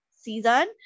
season